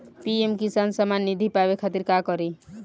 PM Kisan Samman Nidhi पावे खातिर का करी?